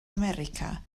america